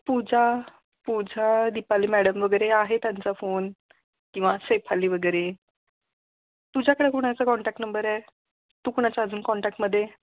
पूजा Pooja Deepali madam वगैरे आहे त्यांचा फोन किंवा सेफाली वगैरे तुझ्याकडे कुणाचा कॉन्टॅक नंबर आहे तू कोणाच्या अजून कॉन्टॅकमध्ये